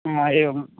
एवम्